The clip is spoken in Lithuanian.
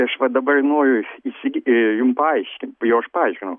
tai aš va dabar ir noriu įsigi jum paaiškint jau aš paaiškinau